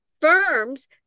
firms